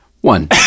One